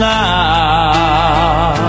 now